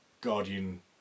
Guardian